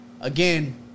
again